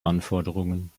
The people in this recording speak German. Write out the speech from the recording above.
anforderungen